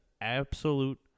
absolute